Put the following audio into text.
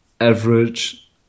average